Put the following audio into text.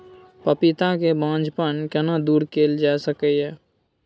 पपीता के बांझपन केना दूर कैल जा सकै ये?